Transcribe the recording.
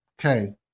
Okay